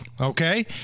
okay